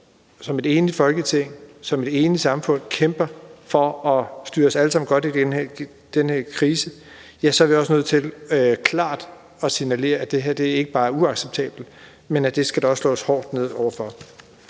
som et enigt samfund og et enigt Folketing kæmper for at styre os alle sammen godt igennem den her krise, er vi også nødt til klart at signalere, at det her ikke bare er uacceptabelt, men at der også skal slås hårdt ned over for